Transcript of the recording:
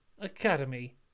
academy